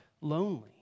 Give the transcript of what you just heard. lonely